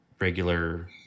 regular